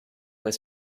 was